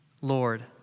Lord